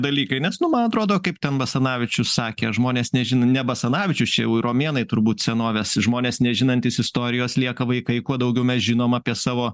dalykai nes nu man atrodo kaip ten basanavičius sakė žmonės nežino ne basanavičius čia jau romėnai turbūt senovės žmonės nežinantys istorijos lieka vaikai kuo daugiau mes žinom apie savo